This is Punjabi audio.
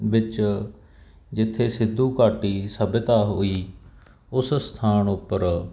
ਵਿੱਚ ਜਿੱਥੇ ਸਿੱਧੂ ਘਾਟੀ ਸਭਿਅਤਾ ਹੋਈ ਉਸ ਅਸਥਾਨ ਉੱਪਰ